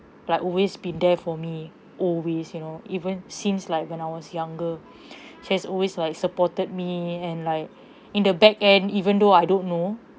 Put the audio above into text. like always been there for me always you know even since like when I was younger she has always like supported me and like in the backend even though I don't know